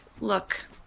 Look